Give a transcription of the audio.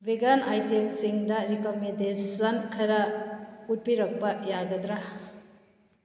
vegan ꯑꯥꯏꯇꯦꯝꯁꯤꯡꯗ recommendation ꯈꯔ ꯎꯠꯄꯤꯔꯛꯄ ꯌꯥꯒꯗ꯭ꯔꯥ